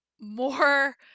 more